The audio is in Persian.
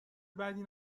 بدی